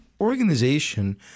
organization